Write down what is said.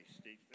Steve